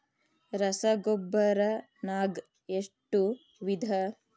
ರಸಗೊಬ್ಬರ ನಾಗ್ ಎಷ್ಟು ವಿಧ?